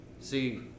See